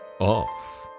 off